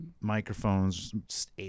microphones